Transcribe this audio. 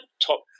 top